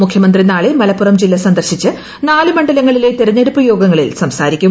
മുഖ്യമന്ത്രി നാളെ മലപ്പുറം ജില്ല സന്ദർശിച്ച് നാല് മണ്ഡലങ്ങളിലെ തെരഞ്ഞെടുപ്പ് യോഗങ്ങളിൽ സംസാരിക്കും